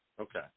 Okay